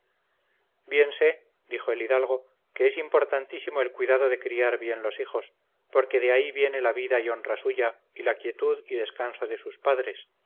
sé dijo el hidalgo que es importantísimo el cuidado de criar bien los hijos porque de ahí viene la vida y honra suya y la quietud y descanso de sus padres